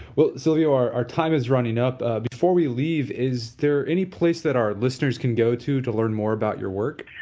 well, silvio, our our time is running up. before we leave, is there any place that our listeners can go to, to learn more about your work?